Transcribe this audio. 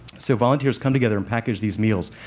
so volunteers come together and package these meals.